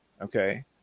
okay